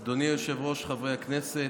אדוני היושב-ראש, חברי הכנסת,